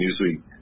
Newsweek